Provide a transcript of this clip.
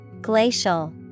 Glacial